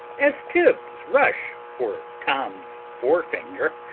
as tib's rush for tom's forefinger,